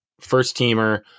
first-teamer